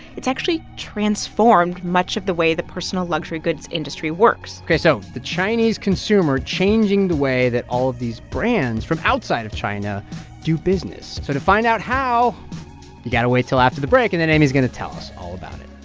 it's actually transformed much of the way the personal luxury goods industry works. so the chinese consumer changing the way that all of these brands from outside of china do business. so to find out how, you got to wait till after the break, and then aimee's going to tell us all about it